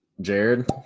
jared